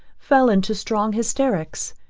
fell into strong hysterics.